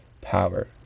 power